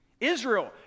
Israel